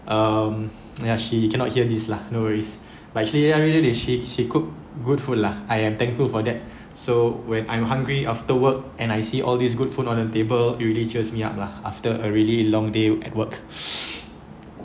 um ya she cannot hear this lah no worries but actually ya really she she cook good food lah I am thankful for that so when I'm hungry after work and I see all these good food on the table it really cheers me up lah after a really long day at work